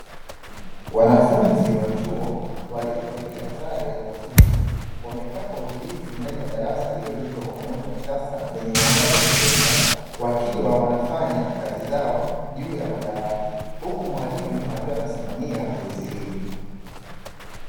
Wanafunzi wa chuo waliovalia sare za suti wamekaa kwa utulivu ndani ya darasa lililojengwa kwa muundo wa kisasa lenye muangaza wa kutosha wakiwa wanafanya kazi zao juu ya madawati huku mwalimu akiwa anasimamia zoezi hili.